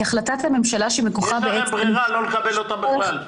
החלטת הממשלה שמכוחה- -- יש לכם ברירה לא לקבל בכלל,